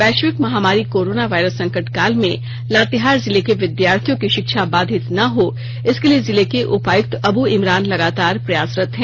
वैश्विक महामारी corona virus संकट काल में लातेहार जिले के विद्यार्थियों की षिक्षा बाधित न हो इसके लिए जिले के उपायुक्त अबु इमरान लगातार प्रयासरत है